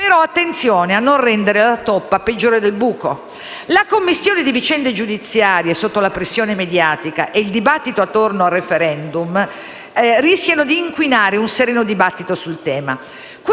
però attenzione a non rendere la toppa peggiore del buco. La commistione di vicende giudiziarie sotto la pressione mediatica e il dibattito sul *referendum* rischiano di inquinare un sereno dibattito sul tema.